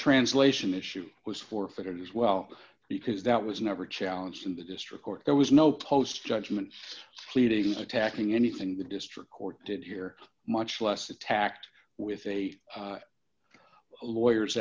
translation issue was forfeited as well because that was never challenged in the district court there was no post judgment attacking anything the district court did hear much less attacked with a lawyers